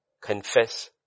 Confess